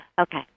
Okay